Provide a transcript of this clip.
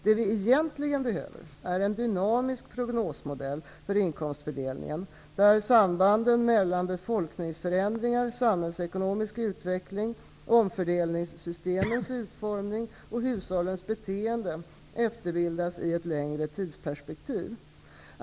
Det vi egentligen behöver är en dynamisk prognosmodell för inkomstfördelningen, där sambanden mellan befolkningsförändringar, samhällsekonomisk utveckling, omfördelningssystemens utformning och hushållens beteende efterbildas i ett längre tidsperspektiv.